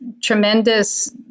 tremendous